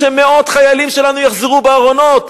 שמאות חיילים שלנו יחזרו בארונות.